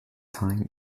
time